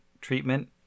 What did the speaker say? treatment